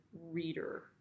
reader